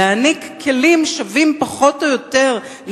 להעניק כלים שווים פחות או יותר,